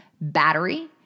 battery